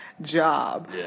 job